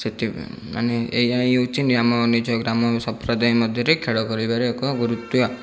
ସେଥିପାଇଁ ମାନେ ଏଇଆ ହିଁ ହେଉଛି ନିୟମ ନିଜ ଗ୍ରାମ ସମ୍ପ୍ରଦାୟ ମଧ୍ୟରେ ଖେଳ କରିବାର ଏକ ଗୁରୁତ୍ଵ